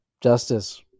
justice